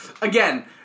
again